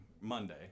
Monday